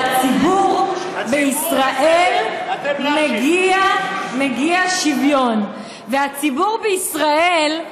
לציבור בישראל מגיע שוויון, והציבור בישראל,